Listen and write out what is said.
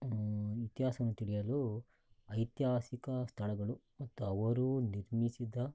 ಇತಿಹಾಸವನ್ನು ತಿಳಿಯಲು ಐತಿಹಾಸಿಕ ಸ್ಥಳಗಳು ಮತ್ತು ಅವರು ನಿರ್ಮಿಸಿದ